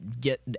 get